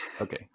okay